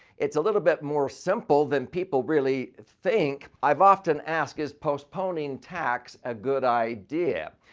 it's a little bit more simple than people really think. i've often ask, is postponing tax a good idea?